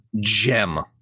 gem